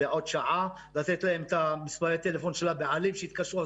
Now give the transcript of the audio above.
לתת להם מספרי טלפון של הבעלים ושיתקשרו אליהם.